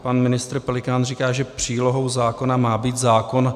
Pan ministr Pelikán říká, že přílohou zákona má být zákon.